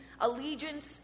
allegiance